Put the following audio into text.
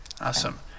Awesome